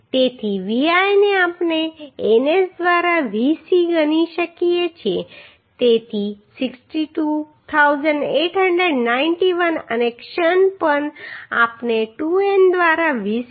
તેથી Vl ને આપણે NS દ્વારા VC ગણી શકીએ તેથી 62891 અને ક્ષણ પણ આપણે 2N દ્વારા VC શોધી શકીએ તેથી 10